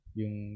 yung